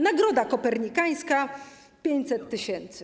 Nagroda Kopernikańska - 500 tys.